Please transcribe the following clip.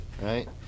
right